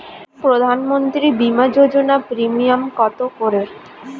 প্রধানমন্ত্রী বিমা যোজনা প্রিমিয়াম কত করে?